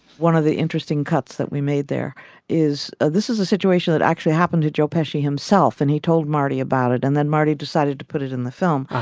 one of the interesting cuts that we made there is this is a situation that actually happened to joe paci himself. and he told marty about it and then marty decided to put it in the film.